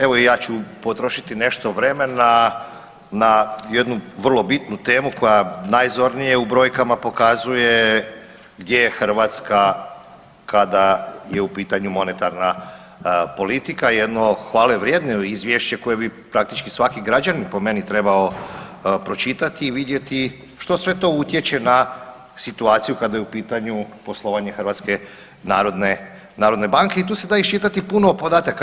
Evo i ja ću potrošiti nešto vremena na jednu vrlo bitnu tema koja najzornije u brojkama pokazuje gdje je Hrvatska kada je u pitanju monetarna politika jedno hvale vrijedno izvješće koje bi praktički svaki građanin po meni trebao pročitati i vidjeti što sve to utječe na situaciju kada je u pitanju poslovanje Hrvatske narodne banke i tu se da iščitati puno podataka.